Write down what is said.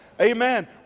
Amen